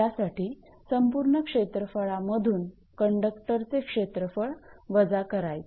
त्यासाठी संपूर्ण क्षेत्रफळ मधून कंडक्टरचे क्षेत्रफळ वजा करायचे